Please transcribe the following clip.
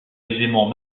aisément